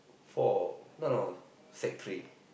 four no no sec three